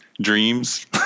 Dreams